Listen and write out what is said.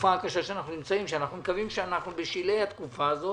בתקופה הקשה שאנחנו נמצאים אנחנו מקווים שאנחנו בשלהי התקופה הזאת